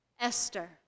Esther